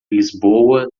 lisboa